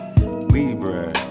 Libra